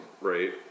right